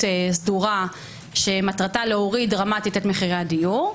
סדורה שמטרתה להוריד דרמטית את מחירי הדיור,